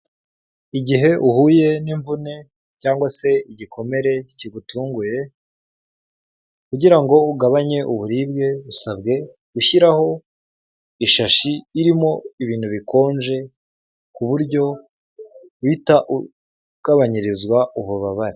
Igihe uhuye n'imvune cyangwa se igikomere kigutunguye kugira ngo ugabanye uburibwe usabwe gushyiraho ishashi irimo ibintu bikonje ku buryo uhita ugabanyirizwa ububabare.